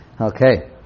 Okay